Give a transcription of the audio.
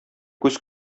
күз